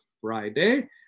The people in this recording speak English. Friday